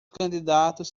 candidatos